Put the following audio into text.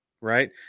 right